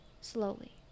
slowly